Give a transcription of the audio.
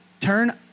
Turn